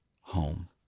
home